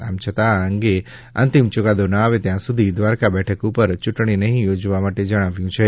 આમ છતાં આ અંગે અંતિમ ચુકાદો ન આવે ત્યાં સુધી દ્વારકા બેઠક ઉપર ચૂંટણી નહીં યોજવા માટે જણાવ્યું છે